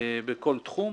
בכל תחום.